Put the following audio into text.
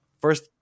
first